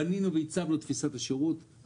בנינו ועיצבנו את תפיסת השירות,